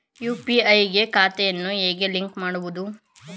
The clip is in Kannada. ಯು.ಪಿ.ಐ ಗೆ ಖಾತೆಯನ್ನು ಹೇಗೆ ಲಿಂಕ್ ಮಾಡುವುದು?